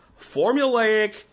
Formulaic